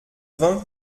vin